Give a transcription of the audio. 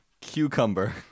Cucumber